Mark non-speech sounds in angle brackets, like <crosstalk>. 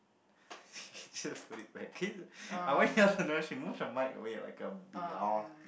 <laughs> just put it back okay she move the mic the away like a biatch